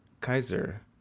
Kaiser